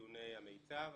בציוני המיצ"ב.